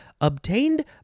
obtained